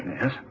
Yes